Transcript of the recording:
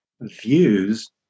views